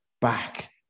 back